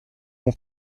bon